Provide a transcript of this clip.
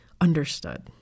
understood